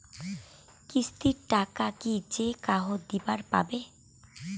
কিস্তির টাকা কি যেকাহো দিবার পাবে?